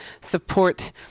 support